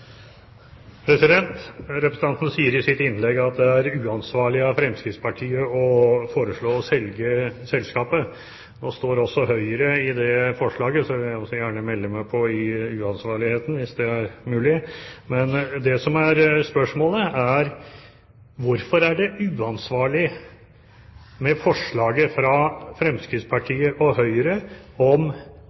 Representanten sier i sitt innlegg at det er uansvarlig av Fremskrittspartiet å foreslå å selge selskapet. Nå står også Høyre i det forslaget, så jeg vil gjerne melde meg på i uansvarligheten, hvis det er mulig. Det som er spørsmålet, er: Hvorfor er forslaget fra Fremskrittspartiet og Høyre om